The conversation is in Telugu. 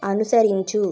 అనుసరించు